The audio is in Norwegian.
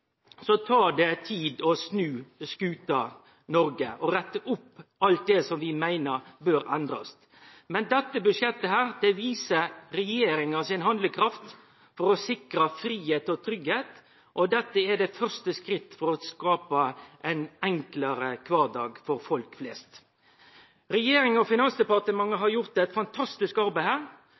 tar det tid å snu skuta Noreg og rette opp alt det vi meiner bør endrast, men dette budsjettet viser regjeringa si handlekraft for å sikre fridom og tryggleik. Dette er det første skrittet for å skape ein enklare kvardag for folk flest. Regjeringa og Finansdepartementet har gjort eit fantastisk arbeid her.